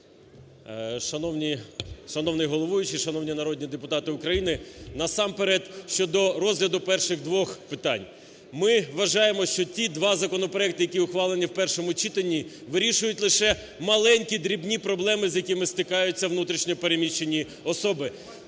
шановний головуючий, шановні народні депутати України, насамперед, щодо розгляду перших двох питань, ми вважаю, що ті два законопроекти, які ухвалені в першому читанні, вирішують лише маленькі, дрібні проблеми, з якими стикаються внутрішньо переміщені особи,